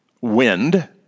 wind